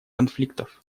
конфликтов